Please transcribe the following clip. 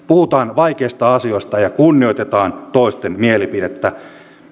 puhutaan vaikeista asioista ja kunnioitetaan toisten mielipidettä